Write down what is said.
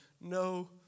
no